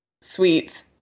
sweets